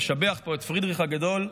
נשבח פה את פרידריך הגדול,